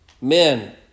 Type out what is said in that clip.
men